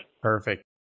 Perfect